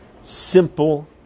Simple